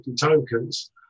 tokens